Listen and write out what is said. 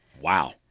wow